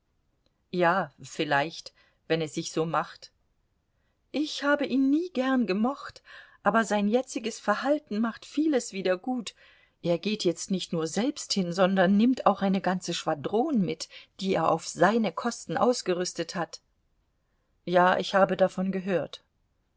ja vielleicht wenn es sich so macht ich habe ihn nie gern gemocht aber sein jetziges verhalten macht vieles wieder gut er geht jetzt nicht nur selbst hin sondern nimmt auch eine ganze schwadron mit die er auf seine kosten ausgerüstet hat ja ich habe davon gehört